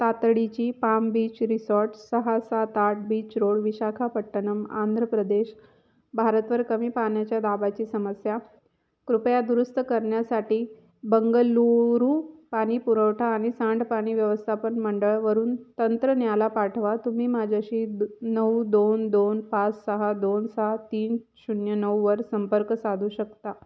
तातडीची palm beach resort सहा सात आठ बीच रोड विशाखापट्टणम आंध्र प्रदेश भारतवर कमी पाण्याच्या दाबाची समस्या कृपया दुरुस्त करण्यासाठी बंगळुरू पाणी पुरवठा आणि सांडपाणी व्यवस्थापन मंडळवरून तंत्रज्ञाला पाठवा तुम्ही माझ्याशी द नऊ दोन दोन पाच सहा दोन सहा तीन शून्य नऊवर संपर्क साधू शकता